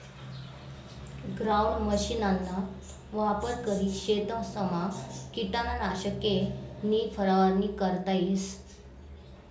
ground मशीनना वापर करी शेतसमा किटकनाशके नी फवारणी करता येस